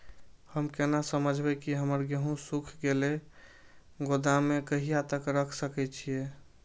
हम केना समझबे की हमर गेहूं सुख गले गोदाम में कहिया तक रख सके छिये?